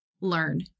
learn